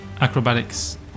Acrobatics